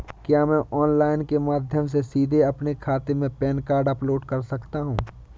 क्या मैं ऑनलाइन के माध्यम से सीधे अपने खाते में पैन कार्ड अपलोड कर सकता हूँ?